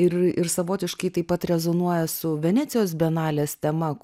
ir ir savotiškai taip pat rezonuoja su venecijos bienalės tema